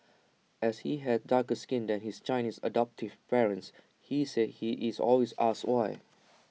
as he has darker skin than his Chinese adoptive parents he said he is always asked why